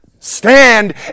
Stand